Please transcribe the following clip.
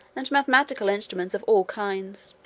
and mathematical instruments of all kinds.